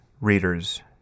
readers